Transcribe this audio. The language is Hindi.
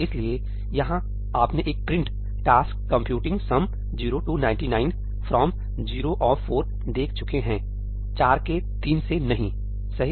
इसलिए यहां आपने एक print 'Task computing Sum 0 to 99 from 0 of 4' देख चुके हैं4 के 3 से नहीं सही